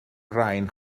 rain